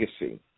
legacy